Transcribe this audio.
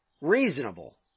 reasonable